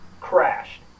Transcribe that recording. crashed